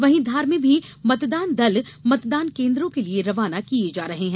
वहीं धार में भी मतदान दल मतदान केन्द्रों के लिए रवाना किये जा रहे हैं